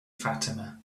fatima